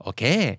Okay